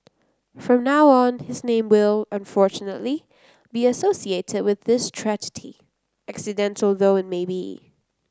from now on his name will unfortunately be associated with this tragedy accidental though it may be